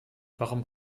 warum